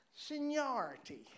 seniority